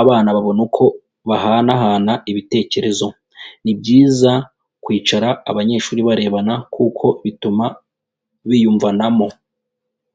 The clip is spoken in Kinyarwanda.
abana babona uko bahanahana ibitekerezo. Ni byiza kwicara abanyeshuri barebana, kuko bituma biyumvanamo.